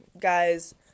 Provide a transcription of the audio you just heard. guys